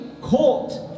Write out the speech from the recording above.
court